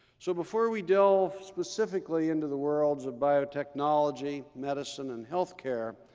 so before we delve specifically into the worlds of biotechnology, medicine, and health care,